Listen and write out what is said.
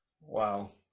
Wow